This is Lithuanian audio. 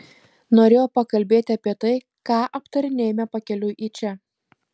norėjau pakalbėti apie tai ką aptarinėjome pakeliui į čia